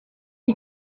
you